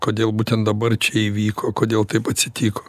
kodėl būtent dabar čia įvyko kodėl taip atsitiko